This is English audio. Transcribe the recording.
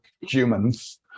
humans